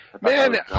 Man